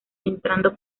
entrando